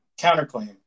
counterclaim